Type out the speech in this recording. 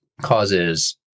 causes